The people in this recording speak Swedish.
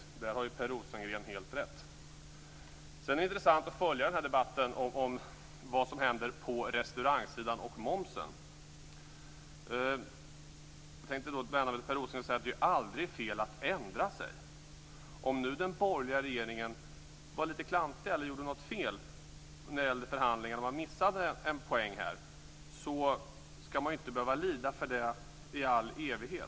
I det avseendet har Per Rosengren helt rätt. Det är intressant att följa debatten om vad som händer på restaurangsidan när det gäller momsen. Jag vänder mig till Per Rosengren och säger: Det är aldrig fel att ändra sig. Den borgerliga regeringen var kanske lite klantig eller gjorde något fel när det gällde förhandlingarna och missade en poäng. Men det skall man inte behöva lida för i all evighet.